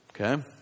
okay